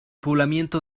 poblamiento